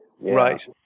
Right